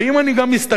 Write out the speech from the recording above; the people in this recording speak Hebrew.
ואם אני גם משתכר,